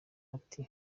ati